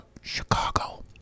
Chicago